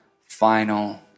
final